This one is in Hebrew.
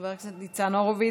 חבר הכנסת ניצן הורוביץ,